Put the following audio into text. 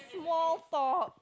small talk